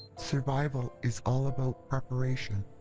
survival is all about preparation!